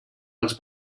els